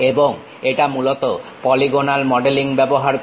এবং এটা মূলত পলিগনাল মডেলিং ব্যবহার করে